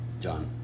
John